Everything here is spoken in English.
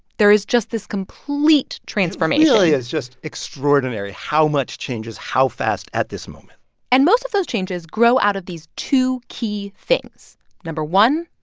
there is just this complete transformation is just extraordinary how much changes how fast at this moment and most of those changes grow out of these two key things number one,